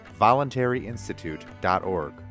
voluntaryinstitute.org